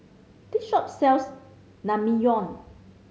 this shop sells Naengmyeon